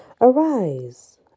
Arise